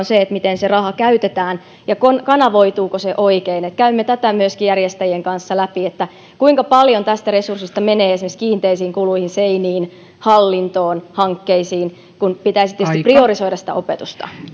se miten se raha käytetään ja kanavoituuko se oikein käymme tätä myöskin järjestäjien kanssa läpi kuinka paljon tästä resurssista menee esimerkiksi kiinteisiin kuluihin seiniin hallintoon hankkeisiin kun pitäisi tietysti priorisoida sitä opetusta